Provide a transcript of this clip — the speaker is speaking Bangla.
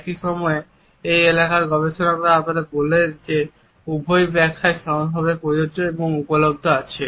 একই সময়ে এই এলাকার গবেষকরা আমাদের বলেন যে এই উভয় ব্যাখ্যাই সমানভাবে প্রযোজ্য এবং উপলব্ধ আছে